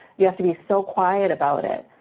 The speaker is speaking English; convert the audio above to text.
you have to be so quiet about it,